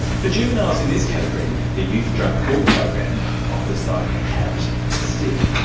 for juveniles in this category, the youth drug court program offers both a carrot and a stick.